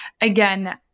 again